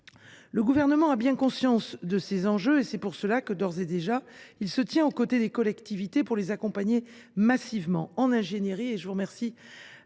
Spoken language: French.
Le Gouvernement a bien conscience de ces enjeux. C’est pour cette raison que, d’ores et déjà, il se tient aux côtés des collectivités pour les accompagner massivement, tant